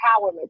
empowerment